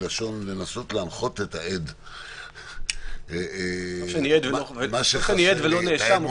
מלשון לנסות להנחות את העד --- טוב שאני עד ולא נאשם.